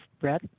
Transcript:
Brett